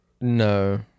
No